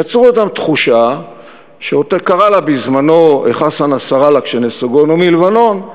יצרו תחושה שקרא לה בזמנו חסן נסראללה כשנסוגונו מלבנון: